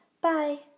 Bye